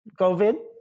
COVID